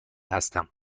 هستم